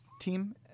team